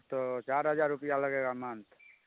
तऽ चारि हजार रुपिआ लगेगा मंथ